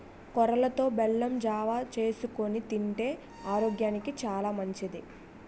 కొర్రలతో బెల్లం జావ చేసుకొని తింతే ఆరోగ్యానికి సాలా మంచిది